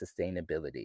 sustainability